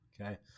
okay